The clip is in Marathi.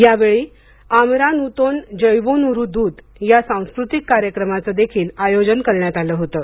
यावेळी आमरा नुतोन जौबोनुरी दूत या सांस्कृतिक कार्यक्रमाचं देखील आयोजन करण्यात आलं होतं